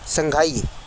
سنگھائی